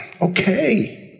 Okay